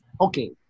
okay